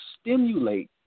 stimulate